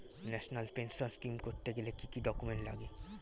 National pension scheme করতে গেলে কি কি ডকুমেন্ট লাগে?